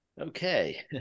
Okay